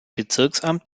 bezirksamt